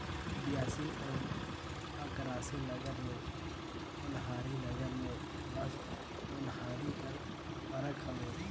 बियासी अउ अकरासी नांगर ले ओन्हारी नागर मे बस ओन्हारी कर फरक हवे